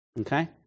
Okay